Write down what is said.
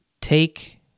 take